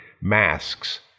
Masks